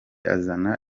azana